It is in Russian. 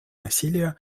насилия